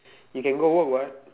you can go work what